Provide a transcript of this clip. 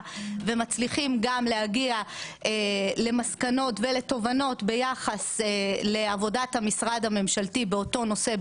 ומצליחים גם להגיע למסקנות ולתובנות ביחס לעבודת המשרד הממשלתי באותו נושא,